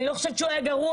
אני לא חושבת שהוא היה גרוע,